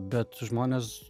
bet žmonės